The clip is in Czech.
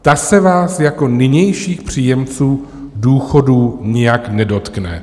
Ta se vás jako nynějších příjemců důchodů nijak nedotkne.